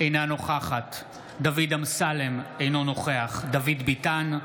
אינה נוכחת דוד אמסלם, אינו נוכח דוד ביטן,